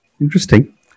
Interesting